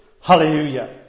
Hallelujah